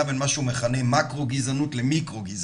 בין מה שהוא מכנה מקרו גזענות למיקרו גזענות,